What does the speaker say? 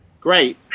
Great